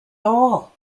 all